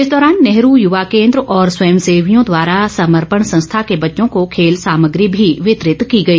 इस दौरान नेहरू युवा केंद्र और स्वयं सेवीयों द्वारा समर्पण संस्था के बच्चों को खेल सामग्री भी वितरित की गई